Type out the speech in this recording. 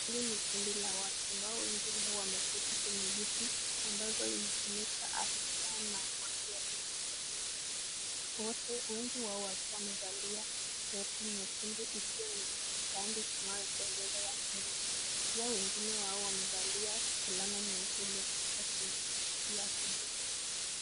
Hili ni kundi la watu ambao wengine wameketi kwenye viti ambavyo vinavyotumika haswa na watu walio na ulemavu. Wengi wao wakiwa wamevalia koti nyekundu iliyo na mistari kama ya bendera ya Kenya. Pia wengine wao wamevalia fulana nyeupe iliyoandikwa Kenya na rangi ya kijani.